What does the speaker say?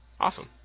Awesome